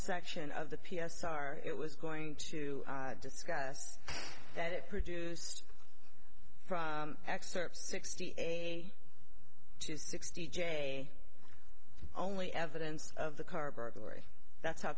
section of the p s r it was going to discuss that it produced excerpts sixty eight to sixty jay only evidence of the car burglary that's how